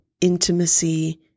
intimacy